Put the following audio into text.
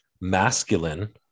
Masculine